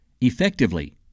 Effectively